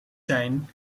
zijn